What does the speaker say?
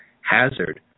hazard